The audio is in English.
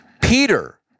Peter